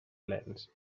plens